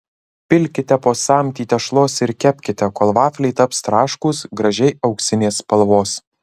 pilkite po samtį tešlos ir kepkite kol vafliai taps traškūs gražiai auksinės spalvos